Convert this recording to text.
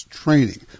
training